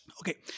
okay